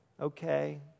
okay